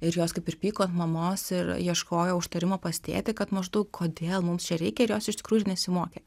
ir jos kaip ir pyko ant mamos ir ieškojo užtarimo pas tėtį kad maždaug kodėl mums čia reikia ir jos iš tikrųjų ir nesimokė